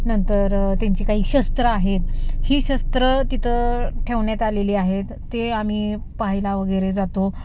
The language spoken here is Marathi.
नंतर त्यांची काही शस्त्रं आहेत ही शस्त्रं तिथं ठेवण्यात आलेली आहेत ते आम्ही पाहायला वगैरे जातो